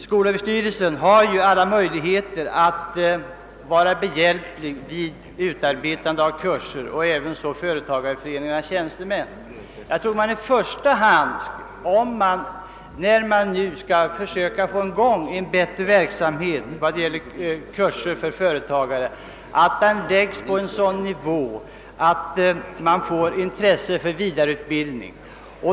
Skolöverstyrelsen har ju alla möjligheter att vara behjälplig vid utarbetandet av kurser, liksom också företagareföreningarnas tjänstemän. När man nu skall försöka få till stånd bättre kurser för företagare tror jag man bör tänka på att hålla dem på en sådan nivå att det uppstår intresse för vidareutbildning.